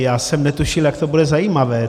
Já jsem netušil, jak to bude zajímavé.